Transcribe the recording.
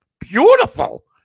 Beautiful